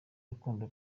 rukundo